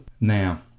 Now